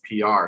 PR